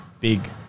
big